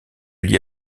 lie